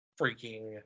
freaking